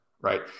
right